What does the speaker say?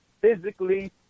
physically